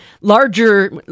larger